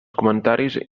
comentaris